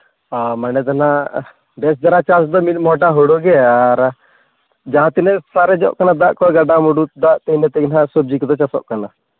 ᱢᱟᱱᱮ ᱫᱚ ᱱᱟᱜ ᱵᱮᱥ ᱫᱷᱟᱨᱟ ᱪᱟᱥ ᱫᱚ ᱱᱤᱱ ᱢᱚᱴᱟ ᱦᱩᱲᱩ ᱜᱮ ᱟᱨ ᱡᱟᱦᱟᱸᱛᱤᱱᱟᱹᱜ ᱥᱟᱨᱮᱡᱚᱜ ᱠᱟᱱᱟ ᱫᱟᱜ ᱠᱚ ᱜᱟᱰᱟᱼᱢᱩᱰᱩ ᱫᱟᱜ ᱛᱮ ᱢᱟᱛᱚ ᱦᱟᱸᱜ ᱥᱚᱵᱽᱡᱤ ᱠᱚᱫᱚ ᱪᱟᱥᱚᱜ ᱠᱟᱱ